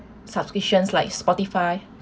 subscriptions like Spotify